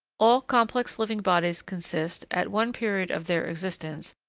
all complex living bodies consist, at one period of their existence,